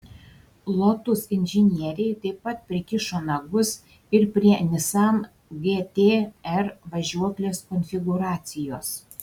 lotus inžinieriai taip pat prikišo nagus ir prie nissan gt r važiuoklės konfigūracijos